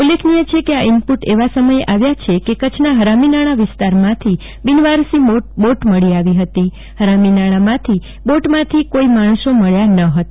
ઉલ્લેખનીય છે કે આ ઈનપુટ એવા સમયે આવ્યા છે કે કચ્છના ફરામીનાળા વિસ્તારમાંથી બિનવારસી બોટ મળી આવી ફતી ફરામીનાળામાંથી બોટમાંથી કોઈ માણસો મળ્યા ન ફતા